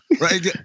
Right